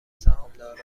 سهامدارنی